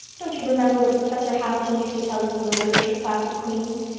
don't you remember what professor hamilton used to tell us in the literature class at queen's?